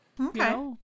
okay